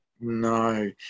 No